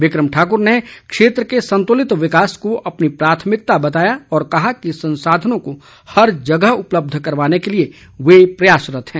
become Thakur ने क्षेत्र के संतुलित विकास को अपनी प्राथमिकता बताया और कहा कि संसाधनों को हर जगह उपलब्ध करवाने के लिए वे प्रयासरत हैं